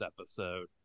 episode